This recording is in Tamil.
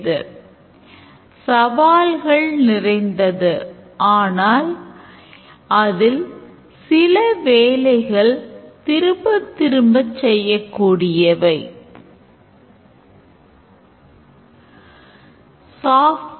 use caseகளை அதாவது சிக்கலான use caseகளைச் சிதைக்கும் போது நாம் ஆழமான nested sequence ஆக சிதைக்கக்கூடாது